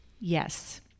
Yes